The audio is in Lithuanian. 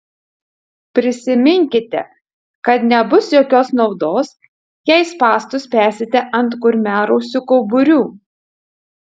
prisiminkite kad nebus jokios naudos jei spąstus spęsite ant kurmiarausių kauburių